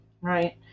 Right